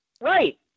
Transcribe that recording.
Right